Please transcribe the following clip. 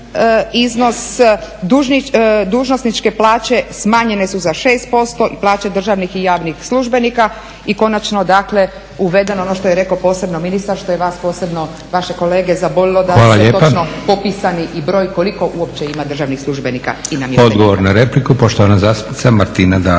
Hvala lijepa. Odgovor na repliku poštovana zastupnica Martina Dalić.